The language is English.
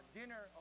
dinner